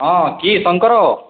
ହଁ କିଏ ଶଙ୍କର